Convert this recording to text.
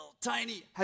tiny